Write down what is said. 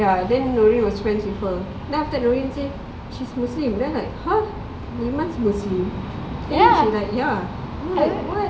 ya then nurin was friends with her then after that nurin say she's muslim then I like !huh! iman muslim then she like ya then like what